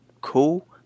cool